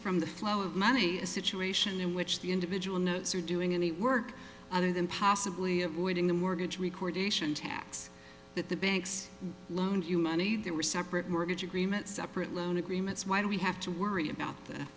from the flow of money a situation in which the individual notes or doing any work other than possibly avoiding the mortgage record ation tax that the banks loaned you money that were separate mortgage agreements separate loan agreements why do we have to worry about